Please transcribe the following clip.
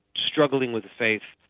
struggling with the faith.